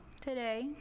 today